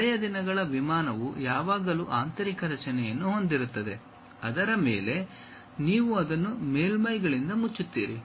ಹಳೆಯ ದಿನಗಳ ವಿಮಾನವು ಯಾವಾಗಲೂ ಆಂತರಿಕ ರಚನೆಯನ್ನು ಹೊಂದಿರುತ್ತದೆ ಅದರ ಮೇಲೆ ನೀವು ಅದನ್ನು ಮೇಲ್ಮೈಗಳಿಂದ ಮುಚ್ಚುತ್ತೀರಿ